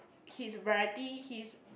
his variety his